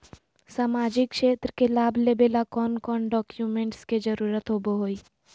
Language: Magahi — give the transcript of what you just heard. सामाजिक क्षेत्र के लाभ लेबे ला कौन कौन डाक्यूमेंट्स के जरुरत होबो होई?